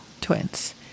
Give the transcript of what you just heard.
twins